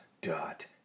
dot